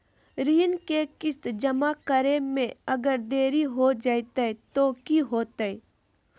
ऋण के किस्त जमा करे में अगर देरी हो जैतै तो कि होतैय?